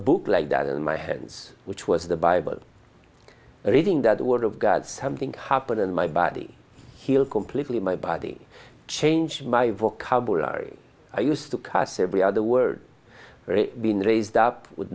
book like that in my hands which was the bible reading that word of god something happened in my body heal completely my body changed my vocabulary i used to cuss every other word been raised up with